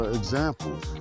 examples